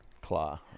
Claw